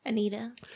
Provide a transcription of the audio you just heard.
Anita